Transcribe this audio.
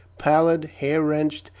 pallid, hair-wrenched,